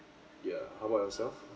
yeah how about yourself